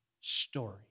story